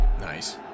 Nice